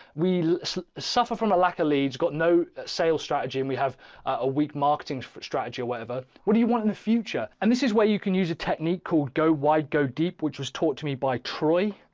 we suffer from a lack of leads got no sales strategy and we have a weak marketing strategy or whatever. what do you want in the future. and this is where you can use a technique called go wide go deep, which was taught to me by troy,